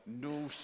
no